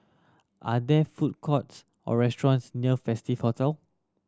are there food courts or restaurants near Festive Hotel